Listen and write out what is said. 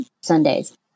Sundays